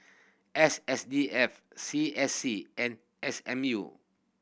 S S D F C S C and S M U